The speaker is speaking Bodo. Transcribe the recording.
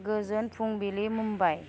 गोजोन फुंबिलि मुम्बाइ